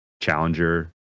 challenger